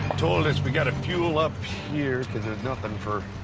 told us we got to fuel up here, cause there's nothing for